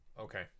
Okay